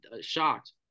shocked